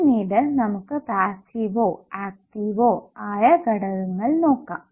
പിന്നീട് നമുക്ക് പാസ്സിവോ ആക്റ്റീവോ ആയ ഘടകങ്ങൾ നോക്കാം